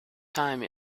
time